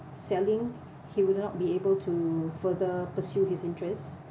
selling he would not be able to further pursue his interests